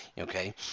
okay